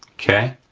okay?